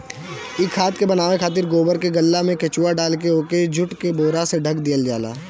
इ खाद के बनावे खातिर गोबर के गल्ला में केचुआ डालके ओके जुट के बोरा से ढक दियाला